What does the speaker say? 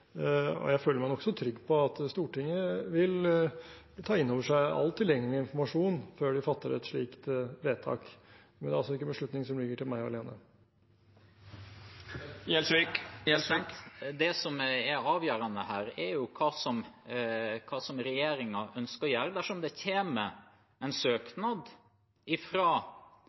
og jeg føler meg nokså trygg på at Stortinget vil ta innover seg all tilgjengelig informasjon før de fatter et slikt vedtak. Det er altså ikke en beslutning som ligger til meg alene. Det som er avgjørende her, er hva regjeringen ønsker å gjøre dersom det kommer en søknad